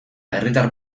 herritar